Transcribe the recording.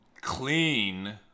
clean